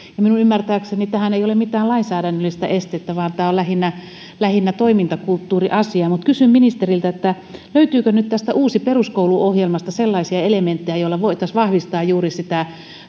minun ymmärtääkseni tähän ei ole mitään lainsäädännöllistä estettä vaan tämä on lähinnä toimintakulttuuriasia kysyn ministeriltä löytyykö tästä uusi peruskoulu ohjelmasta nyt sellaisia elementtejä joilla voitaisiin vahvistaa juuri sitä